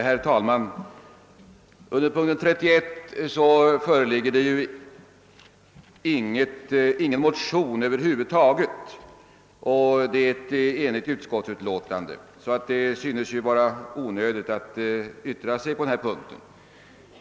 Herr talman! Under punkt 31 föreligger det inte någon motion, och utskottets utlåtande är enhälligt, så det kan synas vara onödigt att yttra sig under den punkten.